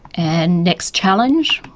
and, next challenge,